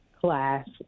Class